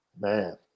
Man